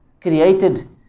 created